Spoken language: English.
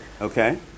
okay